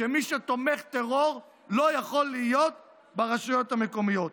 שמי שהוא תומך טרור לא יכול להיות ברשויות המקומיות.